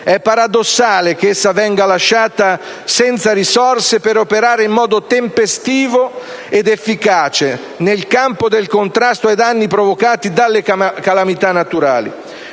È paradossale che esso venga lasciato senza risorse per operare in modo tempestivo ed efficace nel campo del contrasto ai danni provocati dalle calamità naturali.